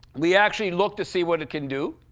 we actually looked to see what it can do.